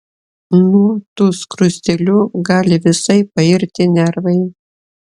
nuo tų skruzdėlių gali visai pairti nervai